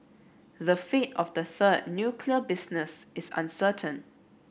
the fate of the third nuclear business is uncertain